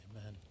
Amen